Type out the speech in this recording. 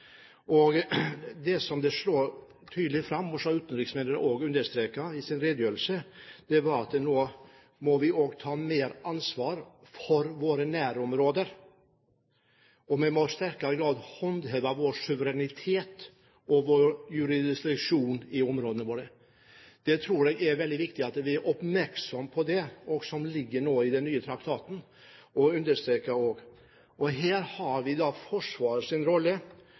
Det som står tydelig fram, og som også utenriksministeren understreket i sin redegjørelse, er at vi nå må ta mer ansvar for våre nærområder, og vi må i sterkere grad håndheve vår suverenitet og vår jurisdiksjon i områdene våre. Jeg tror det er veldig viktig at vi er oppmerksomme på det – det som nå ligger i den nye traktaten og er understreket: Her blir forsvarets rolle mer og mer viktig; forsvarets selvstendige rolle,